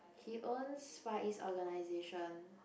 he owns Far-East organization